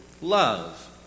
love